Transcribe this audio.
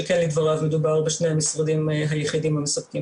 שכן לדבריו מדובר בשני משרדים היחידים המספקים